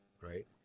right